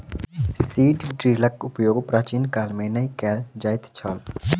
seed ड्रीलक उपयोग प्राचीन काल मे नै कय ल जाइत छल